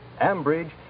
Ambridge